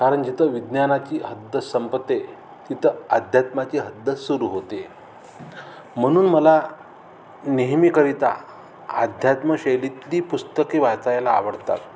कारण जिथं विज्ञानाची हद्द संपते तिथं अध्यात्माची हद्द सुरू होते म्हणून मला नेहमीकरिता अध्यात्मशैलीतली पुस्तके वाचायला आवडतात